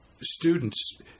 Students